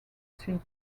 seat